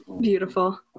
Beautiful